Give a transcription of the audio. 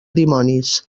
dimonis